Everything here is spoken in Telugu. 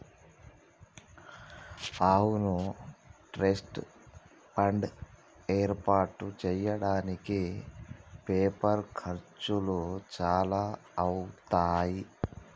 అవును ట్రస్ట్ ఫండ్ ఏర్పాటు చేయడానికి పేపర్ ఖర్చులు చాలా అవుతాయి